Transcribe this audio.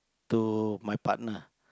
to my partner